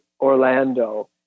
Orlando